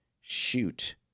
Shoot